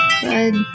Good